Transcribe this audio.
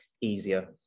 easier